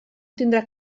tindrà